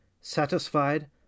satisfied